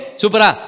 supera